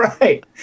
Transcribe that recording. Right